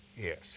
Yes